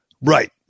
Right